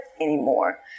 anymore